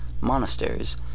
monasteries